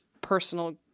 personal